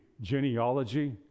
genealogy